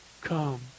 Come